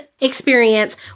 experience